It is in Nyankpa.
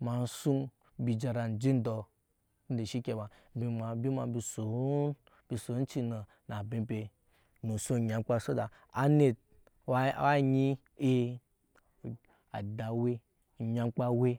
ma sun embi jara je ndɔ enbi ma mbi soon mbi son ci na abe mbe ne enʃk enyamkpa sa da anit wa nyi ee ada wɛ onyankpa wɛ.